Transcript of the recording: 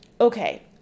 Okay